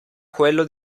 quello